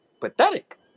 pathetic